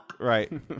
Right